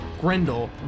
Grendel